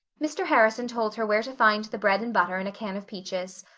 mr. harrison told her where to find the bread and butter and a can of peaches.